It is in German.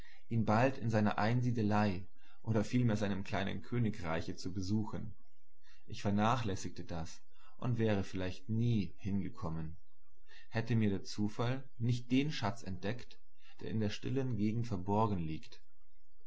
ihn bald in seiner einsiedelei oder vielmehr seinem kleinen königreiche zu besuchen ich vernachlässigte das und wäre vielleicht nie hingekommen hätte mir der zufall nicht den schatz entdeckt der in der stillen gegend verborgen liegt